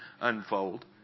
unfold